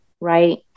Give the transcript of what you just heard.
right